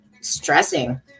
stressing